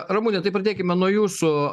ramune tai pradėkime nuo jūsų